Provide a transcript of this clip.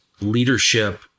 leadership